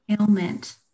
ailment